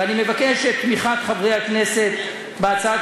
ואני מבקש את תמיכת חברי הכנסת בהצעת